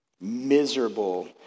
miserable